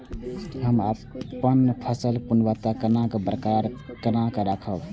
हम अपन फसल गुणवत्ता केना बरकरार केना राखब?